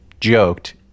joked